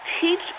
teach